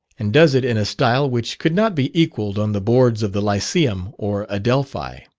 and does it in a style which could not be equalled on the boards of the lyceum or adelphi.